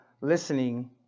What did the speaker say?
listening